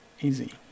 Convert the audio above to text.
Easy